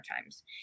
times